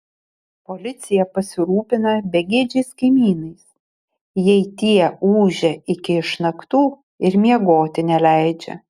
policija pasirūpina begėdžiais kaimynais jei tie ūžia iki išnaktų ir miegoti neleidžia